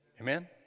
Amen